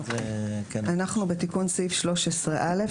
אנחנו בתיקון סעיף 13א,